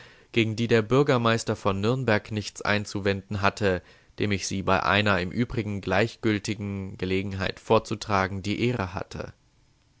gegen die der bürgermeister von nürnberg nichts einzuwenden hatte dem ich sie bei einer im übrigen gleichgültigen gelegenheit vorzutragen die ehre hatte